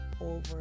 over